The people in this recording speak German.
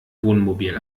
wohnmobil